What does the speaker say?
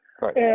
right